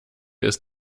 ist